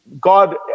God